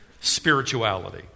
spirituality